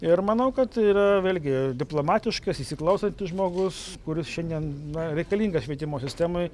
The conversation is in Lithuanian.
ir manau kad yra vėlgi diplomatiškas įsiklausantis žmogus kuris šiandien na reikalingas švietimo sistemai